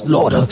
Lord